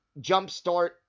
jumpstart